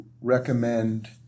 recommend